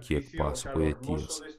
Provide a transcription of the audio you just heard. kiek pasakoja tiesą